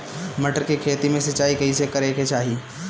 मटर के खेती मे सिचाई कइसे करे के चाही?